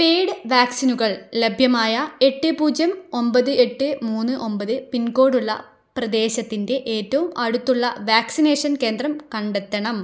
paid വാക്സിനുകൾ ലഭ്യമായ എട്ട് പൂജ്യം ഒമ്പത് എട്ട് മൂന്ന് ഒമ്പത് പിൻകോഡ് ഉള്ള പ്രദേശത്തിൻ്റെ ഏറ്റവും അടുത്തുള്ള വാക്സിനേഷൻ കേന്ദ്രം കണ്ടെത്തണം